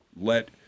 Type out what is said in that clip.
let